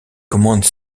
commandes